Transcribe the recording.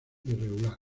irregular